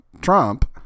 Trump